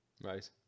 Right